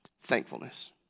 thankfulness